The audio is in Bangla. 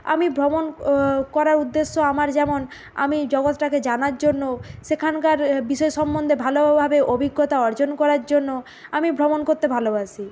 আমি ভ্রমণ করার উদ্দেশ্য আমার যেমন আমি জগতটাকে জানার জন্য সেখানকার বিষয় সম্বন্ধে ভালোভাবে অভিজ্ঞতা অর্জন করার জন্য আমি ভ্রমণ করতে ভালোবাসি